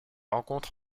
rencontre